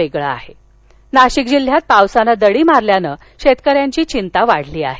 नाशिक नाशिक जिल्ह्यात पावसाने दडी मारल्याने शेतकऱ्यांची चिंता वाढली आहे